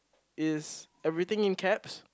is everything in caps